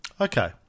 Okay